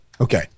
Okay